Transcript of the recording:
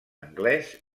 anglès